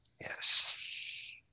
Yes